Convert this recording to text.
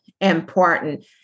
important